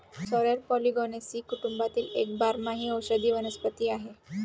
sorrel Polygonaceae कुटुंबातील एक बारमाही औषधी वनस्पती आहे